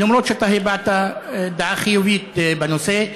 ולמרות שאתה הבעת דעה חיובית בנושא.